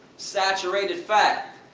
saturated fat.